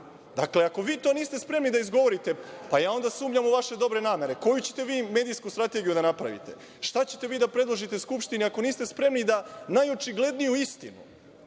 Ako vi to niste spremni da izgovorite, pa ja onda sumnjam u vaše dobre namere. Koju ćete vi medijsku strategiju da napravite? Šta ćete vi da predložite Skupštini ako niste spremni da najočigledniju istinu